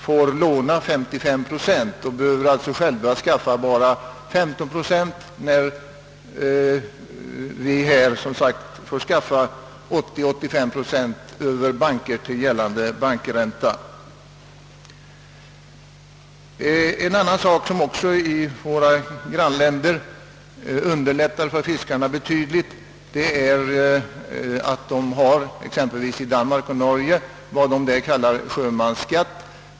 De får låna 55 procent och behöver alltså själva bara skaffa 15 procent, medan vi här, som sagt, får skaffa 80—385 procent via banker och till gällande bankränta. En annan sak som i våra grannländer också underlättar för fiskarna betydligt är att det i Danmark och Norge finns s.k. sjömansskatt.